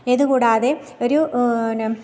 ഇത് കൂടാതെ ഒരു പിന്നെ